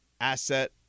asset